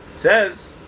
says